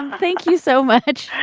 and thank you so much.